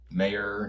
mayor